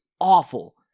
awful